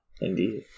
indeed